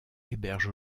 héberge